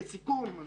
לסיכום,